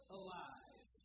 alive